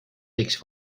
võiks